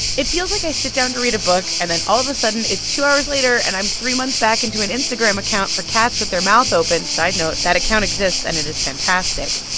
it feels like i sit down to read a book, and then, all of a sudden, it's two hours later and i'm three months back into an instagram account for cats with their mouth open. side note, that account exists, and it is fantastic.